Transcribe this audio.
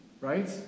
Right